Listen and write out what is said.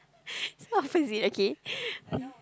so opposite okay